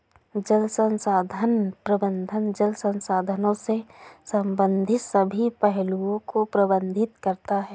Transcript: जल संसाधन प्रबंधन जल संसाधनों से संबंधित सभी पहलुओं को प्रबंधित करता है